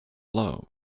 blow